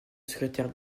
secrétaire